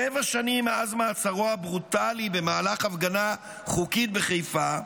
שבע שנים מאז מעצרו הברוטלי במהלך הפגנה חוקית בחיפה,